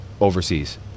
overseas